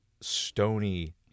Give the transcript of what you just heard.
stony